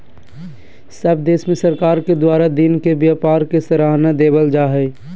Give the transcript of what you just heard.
सब देश में सरकार के द्वारा दिन के व्यापार के सराहना देवल जा हइ